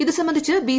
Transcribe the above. ഇതുസംബന്ധിച്ച് ബി